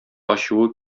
ачуы